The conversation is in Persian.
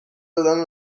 دادن